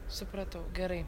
supratau gerai